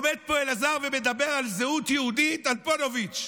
עומד פה אלעזר ומדבר על זהות יהודית, על פוניבז'.